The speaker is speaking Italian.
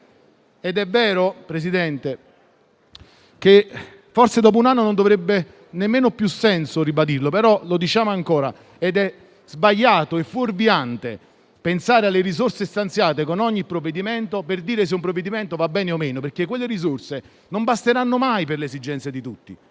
che forse dopo un anno non avrebbe nemmeno più senso ribadirlo, però diciamo ancora che è sbagliato e fuorviante pensare alle risorse stanziate in ogni provvedimento per dire se va bene o meno, perché quelle risorse non basteranno mai per le esigenze di tutti;